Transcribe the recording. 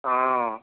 অঁ